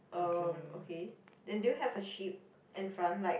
um okay then do you have a sheep in front like